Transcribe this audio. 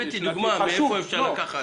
הבאתי דוגמה מאיפה אפשר לקחת.